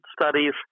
studies